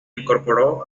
incorporó